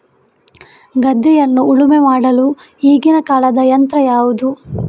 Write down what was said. ಗದ್ದೆಯನ್ನು ಉಳುಮೆ ಮಾಡಲು ಈಗಿನ ಕಾಲದ ಯಂತ್ರ ಯಾವುದು?